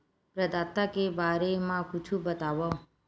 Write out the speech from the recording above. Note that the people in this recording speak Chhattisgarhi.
प्रदाता के बारे मा कुछु बतावव?